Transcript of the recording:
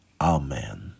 Amen